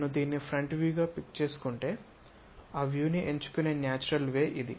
నేను దీన్ని ఫ్రంట్ వ్యూగా పిక్ చేసుకుంటే ఆ వ్యూ ని ఎంచుకునే న్యాచురల్ వే ఇది